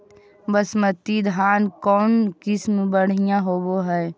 बासमती धान के कौन किसम बँढ़िया होब है?